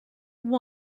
one